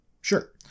Sure